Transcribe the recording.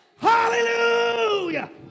Hallelujah